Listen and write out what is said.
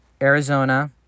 Arizona